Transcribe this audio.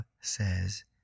says